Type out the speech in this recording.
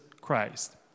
Christ